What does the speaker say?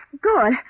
Good